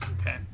Okay